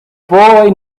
boy